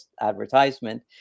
advertisement